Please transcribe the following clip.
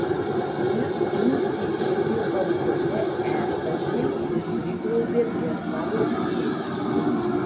jis nusišiepė balkone esantiems ir priklaupė prie savo iečių